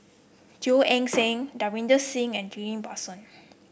Teo Eng Seng Davinder Singh and Ghillie Basan